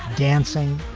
dancing,